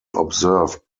observed